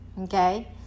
okay